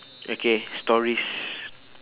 okay stories